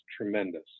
tremendous